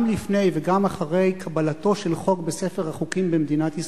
גם לפני וגם אחרי קבלתו של חוק בספר החוקים במדינת ישראל,